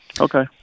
okay